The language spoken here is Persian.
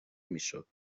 میشد